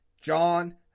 John